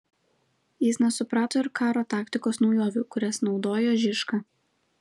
jis nesuprato ir karo taktikos naujovių kurias naudojo žižka